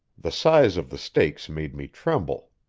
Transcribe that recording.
the size of the stakes made me tremble.